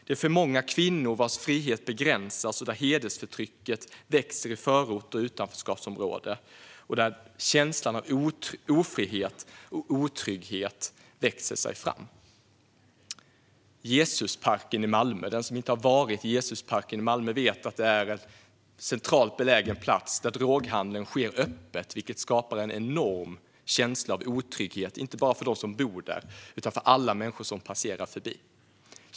Det är för många kvinnor vars frihet begränsas där hedersförtrycket växer i förorter och utanförskapsområden och där känslan av ofrihet och otrygghet växer. Den som har varit i Jesusparken i Malmö vet att det är en centralt belägen plats där droghandeln sker öppet. Det skapar en enorm känsla av otrygghet, inte bara för dem som bor där utan för alla människor som passerar förbi.